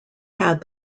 had